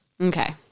Okay